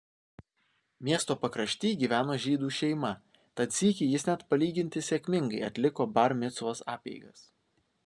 miesto pakrašty gyveno žydų šeima tad sykį jis net palyginti sėkmingai atliko bar micvos apeigas